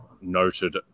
noted